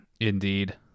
Indeed